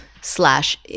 slash